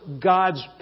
God's